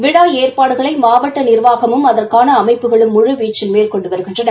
விழா ஏற்பாடுகளை மாவட்ட நிர்வாகமும் அதற்கான அமைப்புகளும் முழு வீச்சில் மேற்கொண்டு வருகின்றன